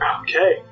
Okay